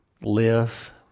live